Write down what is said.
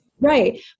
right